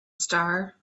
star